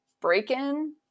break-in